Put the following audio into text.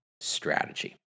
strategy